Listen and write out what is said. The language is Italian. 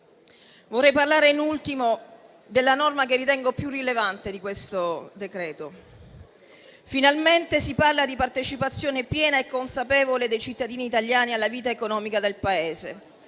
Vorrei parlare in ultimo della norma che ritengo più rilevante di questo disegno di legge. Finalmente si parla di partecipazione piena e consapevole dei cittadini italiani alla vita economica del Paese.